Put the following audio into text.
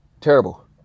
terrible